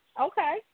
okay